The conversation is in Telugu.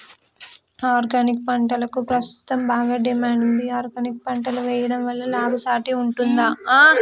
ఆర్గానిక్ పంటలకు ప్రస్తుతం బాగా డిమాండ్ ఉంది ఆర్గానిక్ పంటలు వేయడం వల్ల లాభసాటి ఉంటుందా?